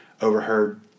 overheard